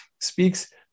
speaks